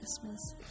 Christmas